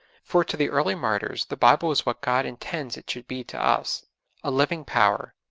for to the early martyrs the bible was what god intends it should be to us a living power,